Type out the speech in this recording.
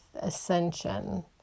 ascension